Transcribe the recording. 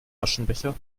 aschenbecher